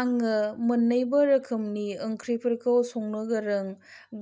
आङो मोननैबो रोखोमनि ओंख्रिफोरखो संनो गोरों